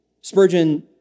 Spurgeon